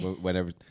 Whenever